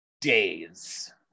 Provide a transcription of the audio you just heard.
days